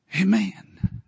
Amen